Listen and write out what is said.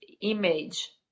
image